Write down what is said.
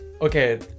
Okay